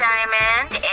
Diamond